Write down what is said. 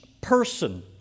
person